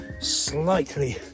slightly